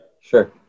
Sure